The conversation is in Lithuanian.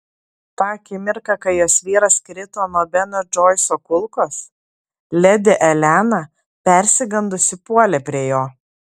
tą akimirką kai jos vyras krito nuo beno džoiso kulkos ledi elena persigandusi puolė prie jo